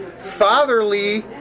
fatherly